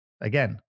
again